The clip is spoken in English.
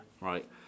right